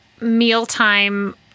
mealtime